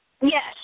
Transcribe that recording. Yes